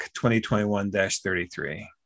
2021-33